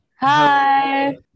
Hi